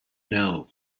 know